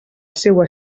seua